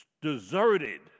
deserted